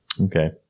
Okay